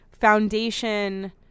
foundation